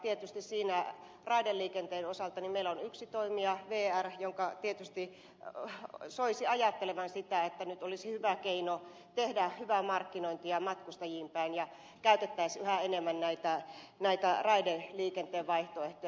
tietysti raideliikenteen osalta meillä on yksi toimija vr jonka tietysti soisi ajattelevan sitä että nyt olisi hyvä keino tehdä hyvää markkinointia matkustajiin päin ja käytettäisiin yhä enemmän raideliikenteen vaihtoehtoja